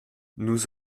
nous